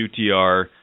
UTR